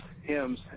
hymns